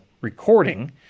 recording